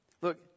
Look